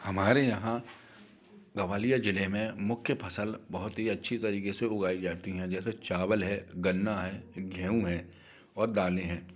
हमारे यहाँ ग्वालियर जिले में मुख्य फसल बहुत ही अच्छी तरीके से उगाई जाती हैं जैसे चावल है गन्ना है गेहूं है और दालें हैं